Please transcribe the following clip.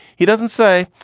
he doesn't say,